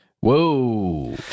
Whoa